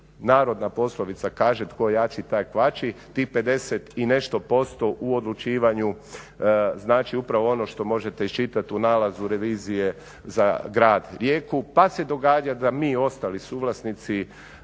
narodna poslovica kaže "Tko jači, taj kvači" tih 50 i nešto posto u odlučivanju znači upravo ono što možete iščitati u nalazu revizije za grad Rijeku, pa se događa da mi ostali suvlasnici